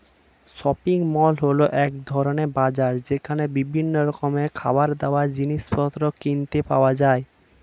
shopping mall হল এক ধরণের বাজার যেখানে বিভিন্ন রকমের খাবারদাবার, জিনিসপত্র কিনতে পাওয়া যায়